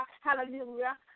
hallelujah